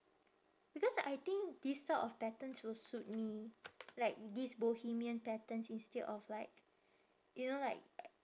because I think this type of patterns will suit me like this bohemian patterns instead of like you know like